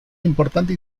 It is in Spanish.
importante